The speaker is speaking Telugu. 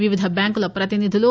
వివిధ బ్యాంకుల ప్రతినిధులు